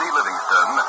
Livingston